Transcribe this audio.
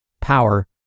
power